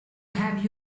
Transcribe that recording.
have